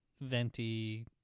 Venti